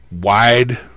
Wide